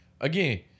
again